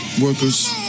workers